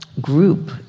group